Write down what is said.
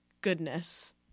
Goodness